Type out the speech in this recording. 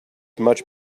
much